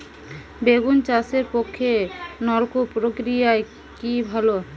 বেগুন চাষের পক্ষে নলকূপ প্রক্রিয়া কি ভালো?